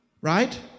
Right